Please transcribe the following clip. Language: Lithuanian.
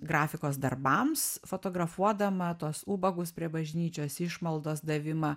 grafikos darbams fotografuodama tuos ubagus prie bažnyčios išmaldos davimą